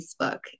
Facebook